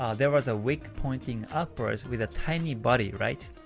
um there was a wick pointing upwards with a tiny body, right?